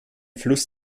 fluss